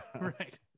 Right